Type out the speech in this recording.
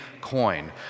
coin